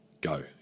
go